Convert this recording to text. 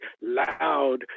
loud